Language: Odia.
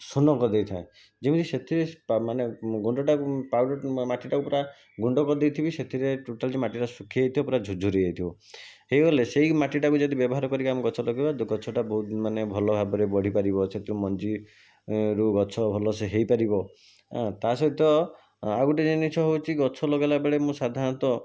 ଶୂନ କରିଦେଇଥାଏ ଯେମିତି ସେଥିରେ ପା ମାନେ ଗୁଣ୍ଡଟାକୁ ପାଉଡ଼ର୍ ମାଟିଟାକୁ ପୁରା ଗୁଣ୍ଡ କରିଦେଇଥିବି ସେଥିରେ ଟୋଟାଲି ତ ମାଟିଟା ଶୁଖିଯାଇଥିବ ପୁରା ଝୁର୍ ଝୁର୍ ହେଇଯାଇଥିବ ହେଇଗଲେ ସେହି ମାଟିଟାକୁ ଯଦି ବ୍ୟବହାର କରିକି ଆମେ ଗଛ ଲଗେଇବା ଗଛଟା ବ ମାନେ ଭଲ ଭାବରେ ବଢ଼ିପାରିବ ସେଥିରୁ ମଞ୍ଜିରୁ ଗଛ ଭଲସେ ହେଇପାରିବ ଅଁ ତା' ସହିତ ଆଉ ଗୋଟେ ଜିନିଷ ହେଉଛି ଗଛ ଲଗେଇଲାବେଳେ ମୁଁ ସାଧାରଣତଃ